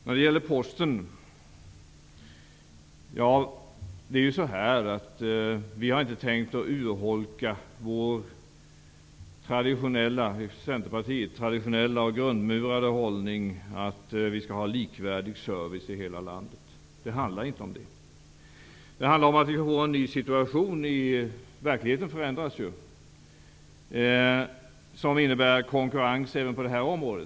Om Posten kan jag säga att vi inte har tänkt urholka Centerpartiets traditionella och grundmurade hållning att vi skall ha likvärdig service i hela landet. Det handlar inte om det. Det handlar om att vi får en ny situation. Verkligheten förändras ju. Vi får konkurrens även på det här området.